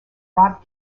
rob